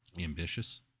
ambitious